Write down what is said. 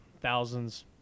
thousands